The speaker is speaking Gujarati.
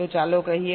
તો ચાલો કહીએ